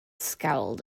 scowled